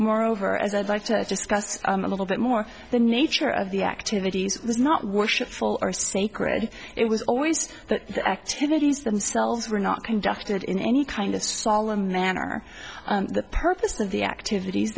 moreover as i'd like to discuss a little bit more the nature of the activities is not worship full are sacred it was always that the activities themselves were not conducted in any kind of solemn manner the purpose of the activities